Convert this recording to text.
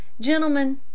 Gentlemen